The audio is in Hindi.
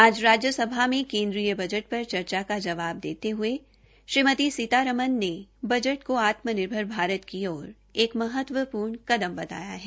आज राज्यसभा में केन्द्रीय बजट पर चर्चा का जवाब देते हये श्रीमती सीतारमन ने बजट को आत्मनिर्भर भारत की ओर एक महत्वपूर्ण कदम बताया है